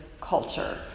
culture